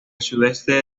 sudoeste